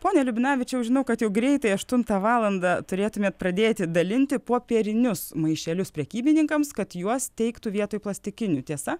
pone liubinavičiau žinau kad jau greitai aštuntą valandą turėtumėt pradėti dalinti popierinius maišelius prekybininkams kad juos teiktų vietoj plastikinių tiesa